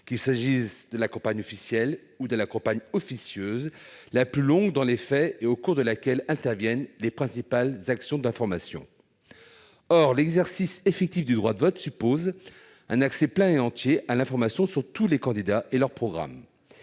qu'il s'agisse de la campagne officielle ou de la campagne " officieuse ", la plus longue dans les faits et au cours de laquelle interviennent les principales actions d'information ». Or l'exercice effectif du droit de vote suppose un accès plein et entier à l'information sur tous les candidats et leur programme.